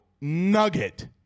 nugget